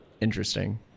Interesting